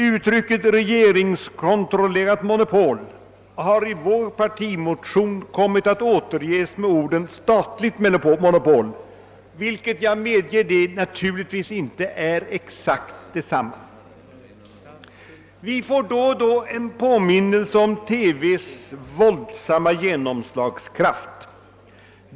Uttrycket »regeringskontrollerat monopol» har i vår partimotion återgivits med orden »statligt monopol» vilket jag medger det — naturligtvis inte är exakt detsamma. Då och då får vi alla en påminnelse om TV:s våldsamma genomslagskraft.